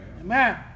Amen